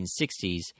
1960s